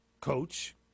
coach